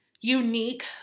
unique